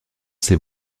ces